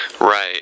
Right